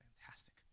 Fantastic